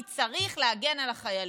כי צריך להגן על החיילים.